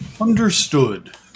Understood